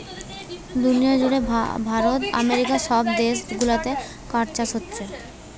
দুনিয়া জুড়ে ভারত আমেরিকা সব দেশ গুলাতে কাঠ চাষ হোচ্ছে